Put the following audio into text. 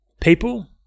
people